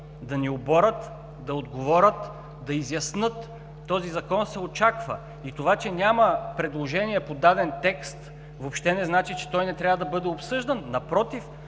да ни оборят, да отговарят, да изяснят. Този Закон се очаква и това, че няма предложения по даден текст, въобще не значи, че той не трябва да бъде обсъждан, напротив,